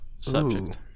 Subject